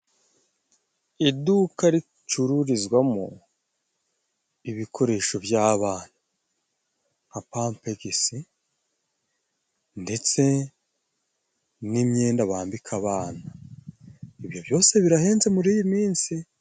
Iduka ricururizwagamo ibikoresho by'abana nka :"Pampegisi ndetse n'imyenda bambika abantu ibyo byose birahenze muri iyi minsi!